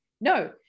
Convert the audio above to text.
no